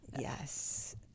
yes